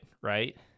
right